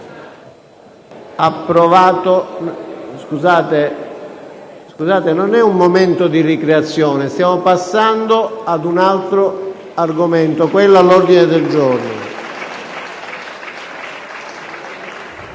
Scusate, ma non è un momento di ricreazione, stiamo passando ad un altro argomento all'ordine del giorno.